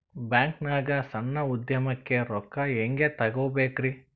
ಬ್ಯಾಂಕ್ನಾಗ ಸಣ್ಣ ಉದ್ಯಮಕ್ಕೆ ರೊಕ್ಕ ಹೆಂಗೆ ತಗೋಬೇಕ್ರಿ?